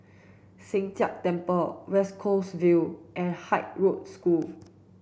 Sheng Jia Temple West Coast Vale and Haig Girls' School